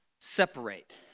separate